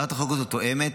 הצעת החוק הזאת תואמת